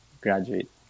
graduate